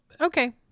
Okay